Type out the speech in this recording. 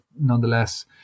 nonetheless